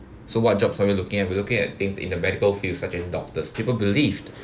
so what jobs are we looking at we're looking at things in the medical field such as doctors people believed